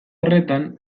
horretan